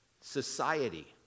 society